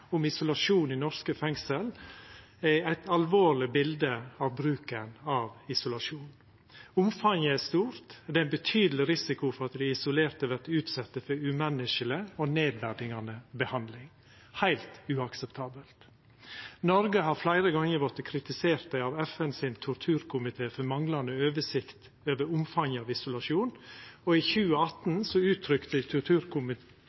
om isolasjon i norske fengsel, eit alvorleg bilde av bruken av isolasjon. Omfanget er stort, og det er betydeleg risiko for at dei isolerte vert utsette for umenneskeleg og nedverdigande behandling – heilt uakseptabelt! Noreg har fleire gonger vorte kritisert av FN sin torturkomité for manglande oversikt over omfanget av isolasjon, og i 2018